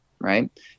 right